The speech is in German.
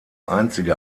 einzige